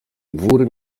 wór